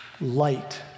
Light